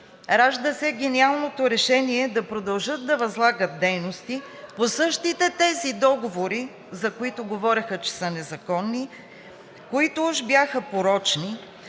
Ражда се гениалното решение да продължат да възлагат дейности по същите тези договори, за които говореха, че са незаконни, които уж бяха порочни,